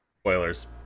spoilers